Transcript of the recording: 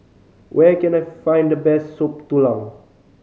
where can I find the best Soup Tulang